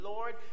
Lord